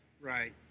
Right